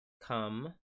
come